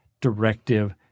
directive